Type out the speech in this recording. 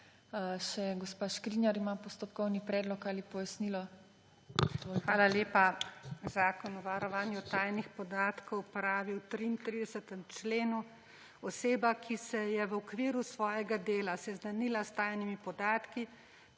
Še gospa Škrinjar ima postopkovni predlog ali pojasnilo. MOJCA ŠKRINJAR (PS SDS): Hvala lepa. Zakon o varovanju tajnih podatkov pravi v 33. členu: »Oseba, ki se je v okviru svojega dela seznanila s tajnimi podatki,